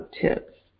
tips